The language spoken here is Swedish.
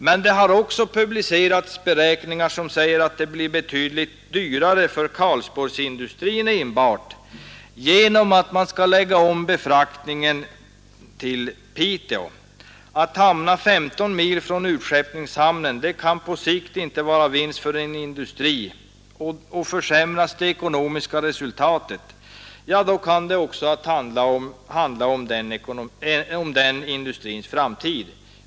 Men det har också publicerats beräkningar som säger att det blir betydligt dyrare för Karlsborgsindustrin enbart genom att den skall lägga om befraktningen till Piteå. Att hamna 15 mil från utskeppningshamnen kan på sikt inte vara någon vinst för en industri. Och försämras det ekonomiska resultatet, ja, då kan det också komma att handla om den industrins framtid.